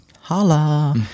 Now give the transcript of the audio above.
Holla